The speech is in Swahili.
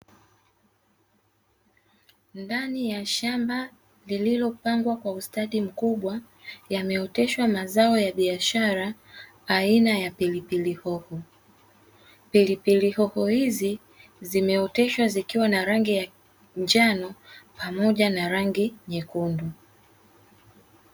Ndani ya shamba lililopandwa kwa ustadi mkubwa yameoteshwa mazao ya biashara aina ya pilipili hoho, pilipili hoho hizi zimeoteshwa zikiwa na rangi ya njano pamoja na rangi nyekundu.